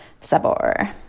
Sabor